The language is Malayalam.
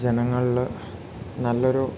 ജനങ്ങളിൽ നല്ലൊരു